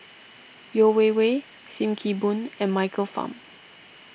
Yeo Wei Wei Sim Kee Boon and Michael Fam